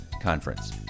conference